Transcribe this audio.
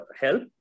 help